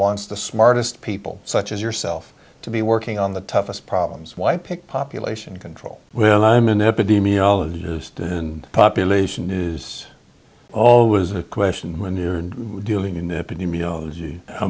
wants the smartest people such as yourself to be working on the toughest problems why pick population control well i'm an epidemiologist and population is always a question when you're dealing in